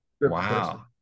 wow